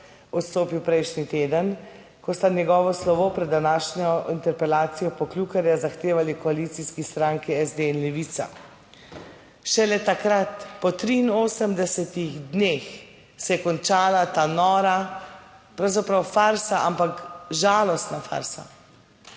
odstopil prejšnji teden, ko sta njegovo slovo pred današnjo interpelacijo Poklukarja zahtevali koalicijski stranki SD in Levica. Šele takrat, po 83 dneh, se je končala ta nora, pravzaprav farsa, ampak žalostna farsa.